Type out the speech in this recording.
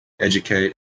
educate